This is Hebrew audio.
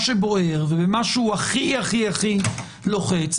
שבוער ובמה שהוא הכי הכי הכי לוחץ.